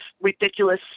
ridiculous